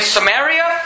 Samaria